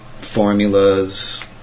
formulas